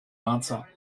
answer